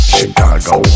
Chicago